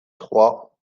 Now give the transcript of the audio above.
trois